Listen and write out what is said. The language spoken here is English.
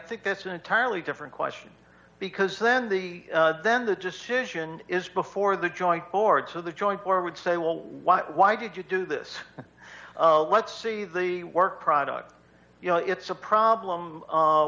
think that's an entirely different question because then the then the decision is before the joint boards of the joint or would say well why why did you do this let's see the work product you know it's a problem